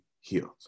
healed